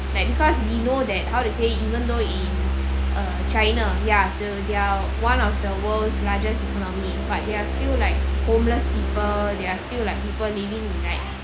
like because we know that how to say even though in uh china ya the they're one of the world's largest economy but there are still like homeless people there are still like people living in like